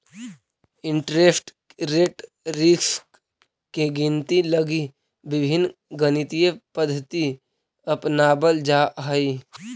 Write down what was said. interest rate risk के गिनती लगी विभिन्न गणितीय पद्धति अपनावल जा हई